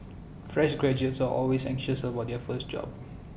fresh graduates are always anxious about their first job